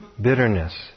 bitterness